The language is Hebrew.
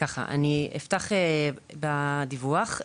אפתח בדיווח,